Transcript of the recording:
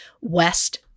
west